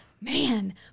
man